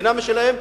מדינה משלהם,